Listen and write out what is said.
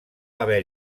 haver